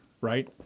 right